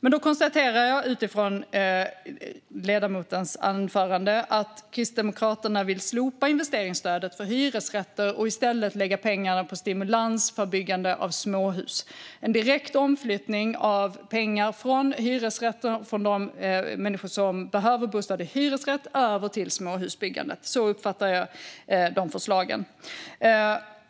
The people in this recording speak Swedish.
Men jag konstaterar utifrån ledamotens anförande att Kristdemokraterna vill slopa investeringsstödet för hyresrätter och i stället lägga pengarna på stimulans för byggande av småhus. Det är en direkt omflyttning av pengar från hyresrätter, från de människor som behöver bostad i hyresrätt, över till småhusbyggandet. Så uppfattar jag de förslagen.